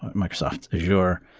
microsoft azure,